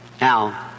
Now